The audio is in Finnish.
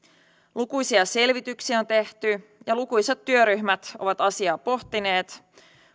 lukuisia selvityksiä on tehty ja lukuisat työryhmät ovat asiaa pohtineet